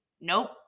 nope